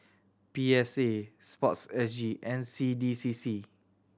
P S A Sports S G N C D C C